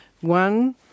One